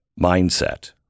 mindset